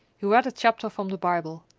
he read a chapter from the bible,